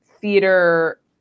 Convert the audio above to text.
theater